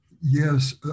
yes